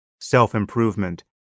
self-improvement